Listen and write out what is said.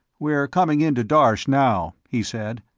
we're coming into darsh, now, he said,